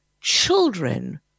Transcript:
children